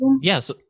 yes